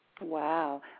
Wow